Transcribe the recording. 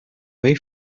way